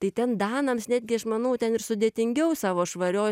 tai ten danams netgi aš manau ten ir sudėtingiau savo švarioj